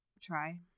try